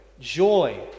Joy